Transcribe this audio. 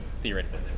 theoretically